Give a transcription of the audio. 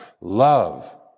love